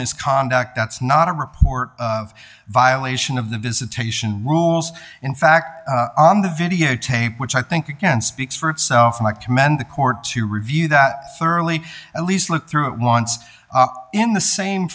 misconduct that's not a report of violation of the visitation rules in fact on the video tape which i think again speaks for itself and i commend the court to review that thoroughly at least look through it once in the same